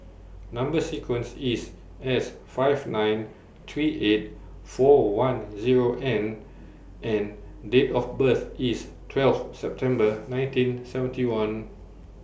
Number sequence IS S five nine three eight four one Zero N and Date of birth IS twelve September nineteen seventy one